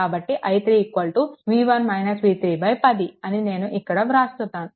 కాబట్టి i3 10 అని నేను ఇక్కడ వ్రాస్తున్నాను